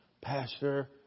Pastor